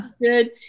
Good